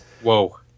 Whoa